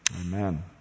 Amen